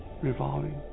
revolving